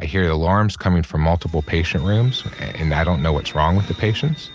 i hear the alarms coming from multiple patient rooms and i don't know what's wrong with the patients.